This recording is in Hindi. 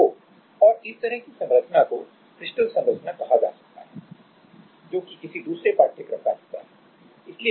तो और इस तरह की संरचना को क्रिस्टल संरचना कहा जा सकता है जो कि किसी दूसरे पाठ्यक्रम का हिस्सा है